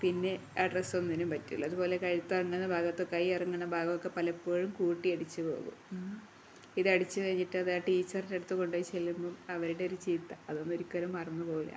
പിന്നെ ആ ഡ്രസ്സ് ഒന്നിനും പറ്റില്ല അതുപോലെ കഴുത്തിറങ്ങുന്ന ഭാഗത്ത് കൈയിറങ്ങുന്ന ഭാഗമൊക്കെ പലപ്പോഴും കൂട്ടി അടിച്ചുപോകും ഉം ഇതടിച്ചുകഴിഞ്ഞിട്ട് അത് ആ ടീച്ചറിന്റെയടുത്ത് കൊണ്ടുപോയി ചെല്ലുമ്പോള് അവരുടെ ഒരു ചീത്ത അതൊന്നും ഒരിക്കലും മറന്നുപോകില്ല